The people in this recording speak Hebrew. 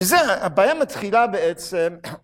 וזה הבעיה מתחילה בעצם